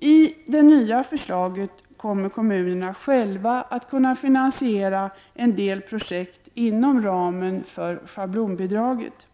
Enligt det nya förslaget kommer kommunerna själva att kunna finansiera en del projekt inom ramen för schablonbidraget.